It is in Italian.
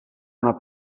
una